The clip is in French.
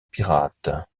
pirates